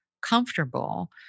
comfortable